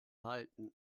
halten